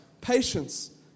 Patience